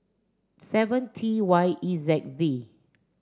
seven T Y E Z V